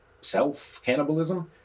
Self-cannibalism